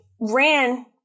ran